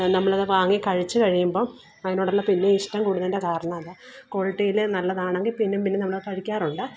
നമ്മളത് വാങ്ങി കഴിച്ച് കഴിയുമ്പോൾ അതിനോടുള്ള പിന്നെയും ഇഷ്ടം കൂടുന്നതിന്റെ കാരണം അതാ കോളിറ്റിയിൽ നല്ലതാണെങ്കിൽ പിന്നെയും പിന്നെയും നമ്മളത് കഴിക്കാറുണ്ട്